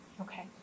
Okay